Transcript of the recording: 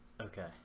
okay